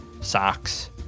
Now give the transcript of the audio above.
socks